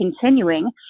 continuing